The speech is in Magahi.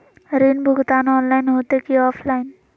ऋण भुगतान ऑनलाइन होते की ऑफलाइन?